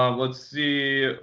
um let's see.